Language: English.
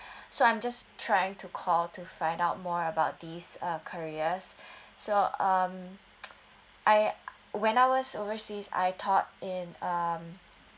so I'm just trying to call to find out more about this uh careers so um I when I was overseas I taught in um